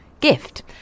gift